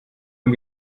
gut